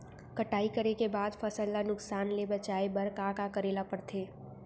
कटाई करे के बाद फसल ल नुकसान ले बचाये बर का का करे ल पड़थे?